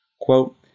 Quote